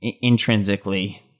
intrinsically